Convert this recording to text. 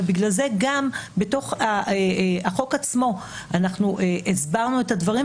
בגלל זה גם בתוך החוק עצמו אנחנו הסברנו את הדברים,